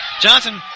Johnson